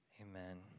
Amen